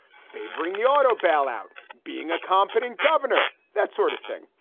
favoring the auto bailout, being a competent governor, that sort of thing.